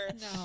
no